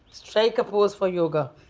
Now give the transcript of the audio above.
strike a pose for yoga